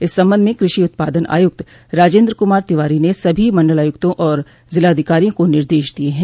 इस संबंध में कृषि उत्पादन आयुक्त राजेन्द्र कुमार तिवारी ने सभी मंडलायुक्तों और जिलाधिकारियों को निर्देश दिये हैं